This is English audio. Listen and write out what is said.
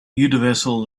universal